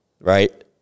right